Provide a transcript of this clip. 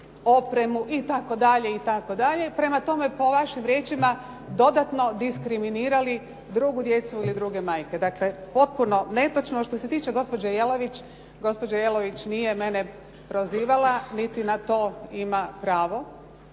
opremu itd., itd., prema tome, po vašim riječima, dodatno diskriminirali drugu djecu ili druge majke. Dakle, potpuno netočno. Što se tiče gospođe Jelavić, gospođa Jelavić nije mene prozivala niti na to ima pravo.